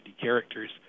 characters